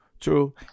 True